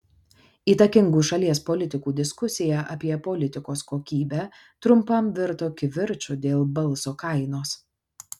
įtakingų šalies politikų diskusija apie politikos kokybę trumpam virto kivirču dėl balso kainos